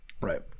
Right